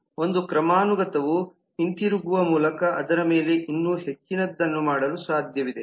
ಒಂದು ಕ್ರಮಾನುಗತವು ಹಿಂತಿರುಗುವ ಮೂಲಕ ಅದರ ಮೇಲೆ ಇನ್ನೂ ಹೆಚ್ಚಿನದನ್ನು ಮಾಡಲು ಸಾಧ್ಯವಿದೆ